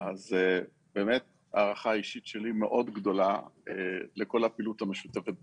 באמת הערכה אישית שלי גדולה מאוד לכל הפעילות המשותפת ביחד.